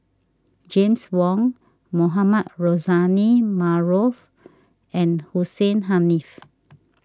James Wong Mohamed Rozani Maarof and Hussein Haniff